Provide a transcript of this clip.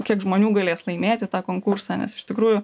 kiek žmonių galės laimėti tą konkursą nes iš tikrųjų